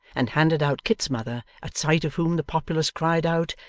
and handed out kit's mother, at sight of whom the populace cried out,